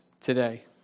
today